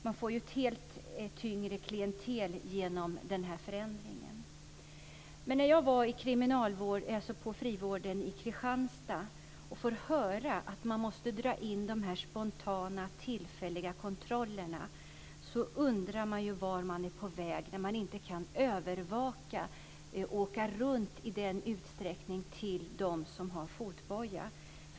Det blir ett tyngre klientel genom förändringen. När jag var på frivården i Kristianstad fick jag höra att man drar in på spontana tillfälliga kontroller. Då undrade jag vart man är på väg när det inte går att övervaka och åka runt till dem som har fotboja.